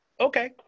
okay